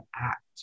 act